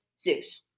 Zeus